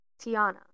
Tiana